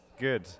good